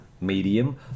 medium